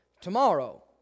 tomorrow